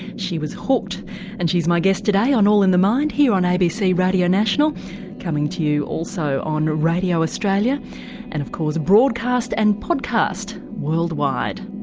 she was hooked and she's my guest today on all in the mind here on abc radio national coming to you also on radio australia and of course broadcast and podcast worldwide.